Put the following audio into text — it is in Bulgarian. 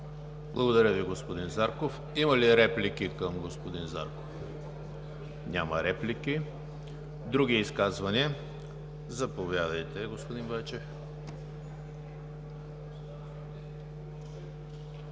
Благодаря Ви, господин Зарков. Има ли реплики към господин Зарков? Няма. Други изказвания? Заповядайте, господин Байчев.